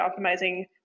optimizing